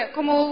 Como